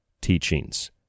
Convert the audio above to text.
Teachings